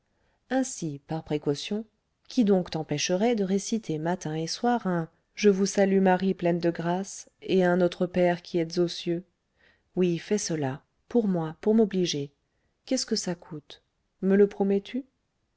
ainsi par précaution qui donc t'empêcherait de réciter matin et soir un je vous salue marie pleine de grâce et un notre père qui êtes aux cieux oui fais cela pour moi pour m'obliger qu'est-ce que ça coûte me le promets tu